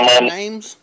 names